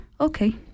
okay